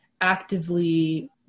actively